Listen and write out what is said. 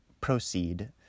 proceed